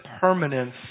permanence